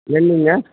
எங்கெங்கே